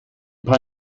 paar